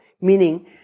meaning